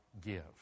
give